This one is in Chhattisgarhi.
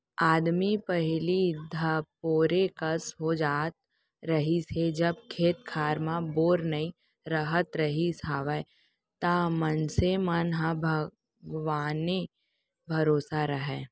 आदमी पहिली धपोरे कस हो जात रहिस हे जब खेत खार म बोर नइ राहत रिहिस हवय त मनसे मन ह भगवाने भरोसा राहय